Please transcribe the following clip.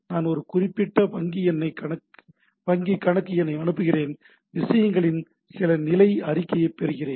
நான் ஒரு குறிப்பிட்ட வங்கி கணக்கு எண்ணை அனுப்புகிறேன் விஷயங்களின் சில நிலை அறிக்கையைப் பெறுகிறேன்